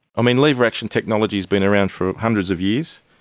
i mean, lever-action technology's been around for hundreds of years,